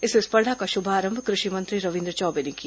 इस स्पर्धा का शुभारंभ कृषि मंत्री रविन्द्र चौबे ने किया